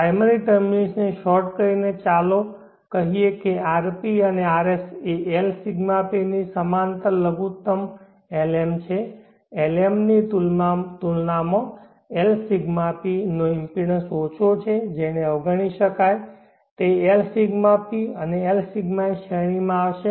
primary ટર્મિનલ્સને short કરીને ચાલો કહીએ કે rp અને rs એ Lσp ની સમાંતર લઘુત્તમ Lm છે Lm ની તુલનામાં Lσp નો ઇમ્પિડન્સ ઓછો છે કે જેને અવગણી શકાય છે તે Lσp અને Lσs શ્રેણીમાં આવશે